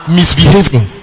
misbehaving